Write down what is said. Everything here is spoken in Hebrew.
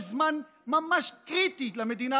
בזמן ממש קריטי למדינה,